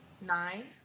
Nine